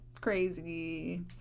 crazy